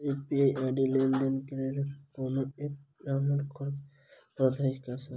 UPI ID लेनदेन केँ लेल कोनो ऐप डाउनलोड करऽ पड़तय की सर?